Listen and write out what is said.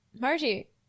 Margie